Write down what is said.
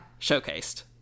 showcased